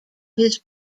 his